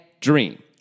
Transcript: dream